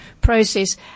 process